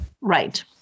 Right